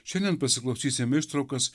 šiandien pasiklausysim ištraukas